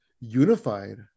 unified